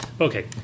okay